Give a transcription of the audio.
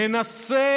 מנסה